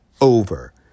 over